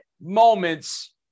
moments